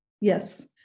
Yes